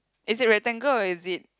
is it rectangle or is it